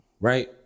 Right